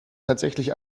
tatsächlich